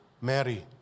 Mary